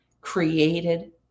created